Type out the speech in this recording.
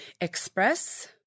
express